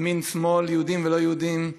ימין, שמאל, יהודים ולא יהודים,